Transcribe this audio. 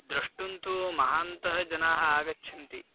द्रष्टुं तु महान्तः जनाः आगच्छन्ति